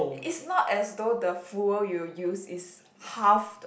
it's not as though the fuel you will use is halved